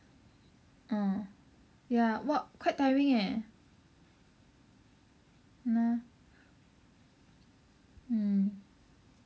orh ya !wah! quite tiring leh !hannor! mm